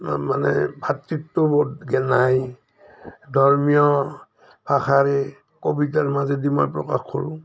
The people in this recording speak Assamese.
মানে ভাতৃত্ববোধ যে নাই ধৰ্মীয় ভাষাৰে কবিতাৰ মাজেদি মই প্ৰকাশ কৰোঁ